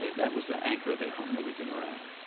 that was the anchor they hung everything around.